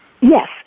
Yes